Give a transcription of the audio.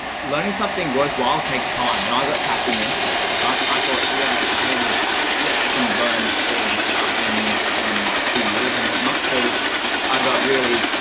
learning something worthwhile takes time and i got trapped in this right. i thought, yeah, i was, yeah, i can learn all of this stuff in in two years and whatnot. so i got really,